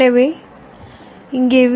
எனவே இங்கே வி